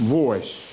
voice